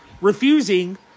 Refusing